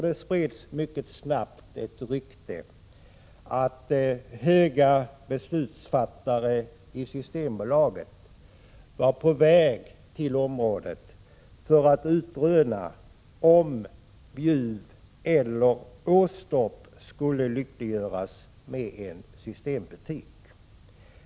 Det spreds mycket snabbt ett rykte om att höga beslutsfattare i Systembolaget var på väg till området för att utröna om det var Bjuv eller Åstorp som skulle lyckliggöras med en systembutik.